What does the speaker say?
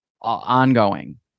ongoing